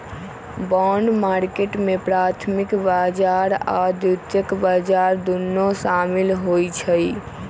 bond market में प्राथमिक बजार आऽ द्वितीयक बजार दुन्नो सामिल होइ छइ